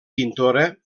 pintora